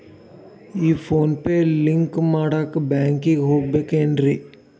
ಈ PhonePe link ಮಾಡಾಕ ಬ್ಯಾಂಕಿಗೆ ಹೋಗ್ಬೇಕೇನ್ರಿ?